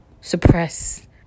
suppress